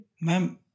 Ma'am